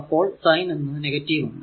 അപ്പോൾ സൈൻ എന്നത് നെഗറ്റീവ് ആണ്